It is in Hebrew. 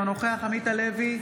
אינו נוכח עמית הלוי,